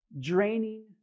draining